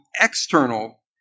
external